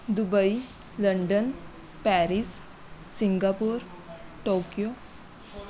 Dubai London Paris Singapore Tokyo